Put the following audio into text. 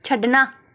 ਛੱਡਣਾ